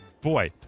Boy